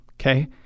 okay